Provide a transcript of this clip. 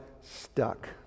stuck